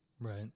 Right